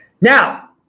Now